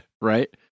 right